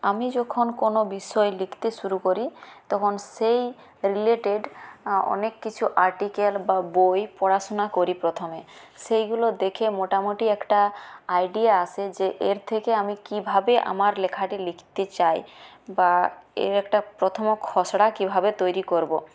আমি যখন কোনো বিষয় লিখতে শুরু করি তখন সেই রিলেটেড অনেক কিছু আর্টিকেল বা বই পড়াশুনা করি প্রথমে সেগুলো দেখে মোটামোটি একটা আইডিয়া আসে যে এর থেকে আমি কীভাবে আমার লেখাটি লিখতে চাই বা এর একটা প্রথমে খসড়া কীভাবে তৈরি করবো